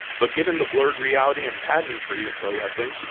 but given the blurred reality and pageantry of pro wrestling,